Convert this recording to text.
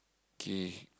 okay